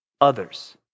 others